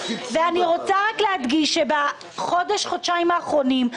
אני רוצה רק להדגיש שבחודש-חודשיים האחרונים,